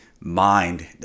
mind